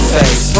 face